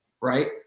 right